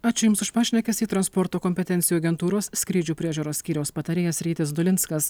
ačiū jums už pašnekesį transporto kompetencijų agentūros skrydžių priežiūros skyriaus patarėjas rytis dulinskas